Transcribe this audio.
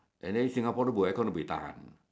and then Singapore bo aircon buay tahan